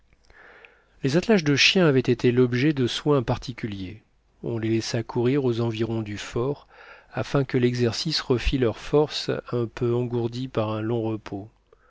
les attelages de chiens avaient été l'objet de soins particuliers on les laissa courir aux environs du fort afin que l'exercice refit leurs forces un peu engourdies par un long repos